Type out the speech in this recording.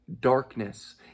Darkness